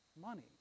money